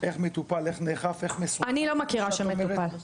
איך מטופל, איך נאכף, איך מסונכרן כפי שאת אומרת.